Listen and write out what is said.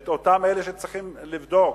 את אותם אלה שצריכים לבדוק,